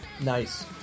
Nice